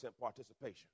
participation